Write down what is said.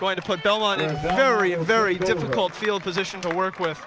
going to put on a very very difficult field position to work with